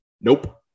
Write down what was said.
Nope